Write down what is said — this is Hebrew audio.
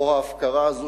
או ההפקרה הזאת,